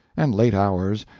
and late hours,